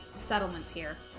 settlements here